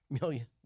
million